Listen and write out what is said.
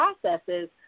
processes